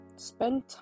spend